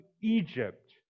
Egypt